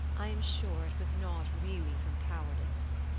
i am sure it was not really from cowardice.